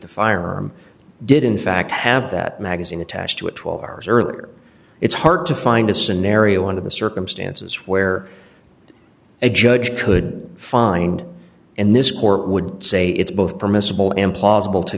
the firearm did in fact have that magazine attached to it twelve hours earlier it's hard to find a scenario under the circumstances where a judge could find and this court would say it's both permissible implausible to